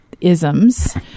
isms